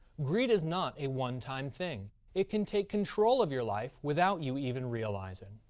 greed is not a onetime thing it can take control of your life without you even realizing.